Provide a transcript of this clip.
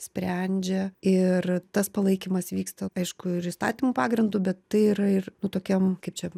sprendžia ir tas palaikymas vyksta aišku ir įstatymų pagrindu bet tai yra ir nu tokiam kaip čia